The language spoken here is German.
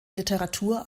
literatur